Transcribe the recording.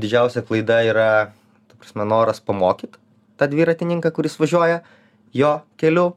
didžiausia klaida yra ta prasme noras pamokyt tą dviratininką kuris važiuoja jo keliu